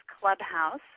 Clubhouse